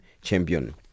champion